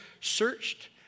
searched